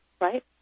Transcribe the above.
right